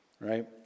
right